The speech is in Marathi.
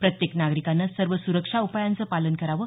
प्रत्येक नागरिकाने सर्व सुरक्षा उपायांचं पालन करावं